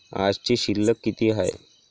आजची शिल्लक किती हाय?